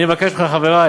אני מבקש מחברי